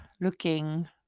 looking